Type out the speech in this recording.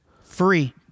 Free